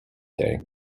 day